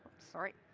sorry.